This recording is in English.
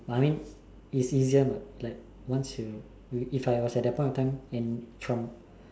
no I mean it isn't my plan once you if I was that point of time and from